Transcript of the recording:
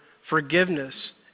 forgiveness